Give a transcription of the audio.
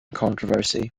controversy